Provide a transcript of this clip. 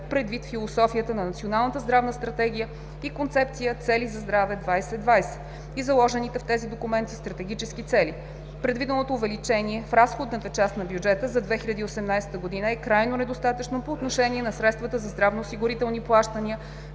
предвид философията на Националната здравна стратегия и Концепция „Цели за здраве 2020“ и заложените в тези документи стратегически цели. Предвиденото увеличение в разходната част на бюджета за 2018 г. е крайно недостатъчно по отношение на средствата за здравноосигурителни плащания